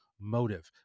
motive